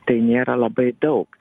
tai nėra labai daug